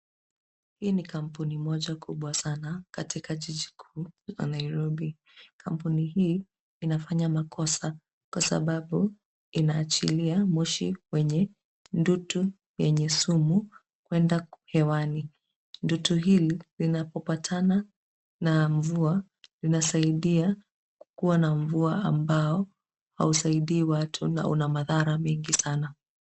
Hii ni kampuni moja kubwa sana katika jiji kuu la Nairobi. Kampuni hii inafanya makosa, kwa sababu inaachilia moshi wenye ndutu yenye sumu kuenda hewani. Ndutu hili linapopatana na mvua, linasaidia kuwa na mvua ambao hausaidii watu na una madhara mengi sana.